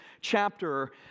chapter